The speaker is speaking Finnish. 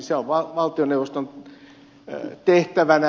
se on valtioneuvoston tehtävänä